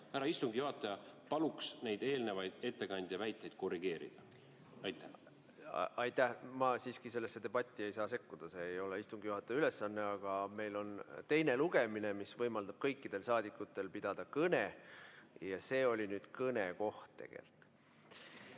Härra istungi juhataja, palun neid ettekandja eelnevaid väiteid korrigeerida! Aitäh! Ma siiski sellesse debatti ei saa sekkuda, see ei ole istungi juhataja ülesanne. Aga meil on teine lugemine, mis võimaldab kõikidel saadikutel pidada kõnet, ja see oli nüüd kõnekoht tegelikult.